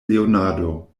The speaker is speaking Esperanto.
leonardo